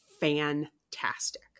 fantastic